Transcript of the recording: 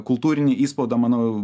kultūrinį įspaudą manau